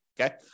okay